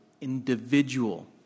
individual